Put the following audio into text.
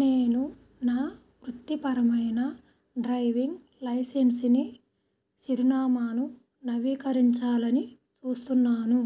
నేను నా వృత్తిపరమైన డ్రైవింగ్ లైసెన్స్ని చిరునామాను నవీకరించాలని చూస్తున్నాను